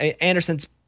Anderson's –